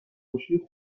میشی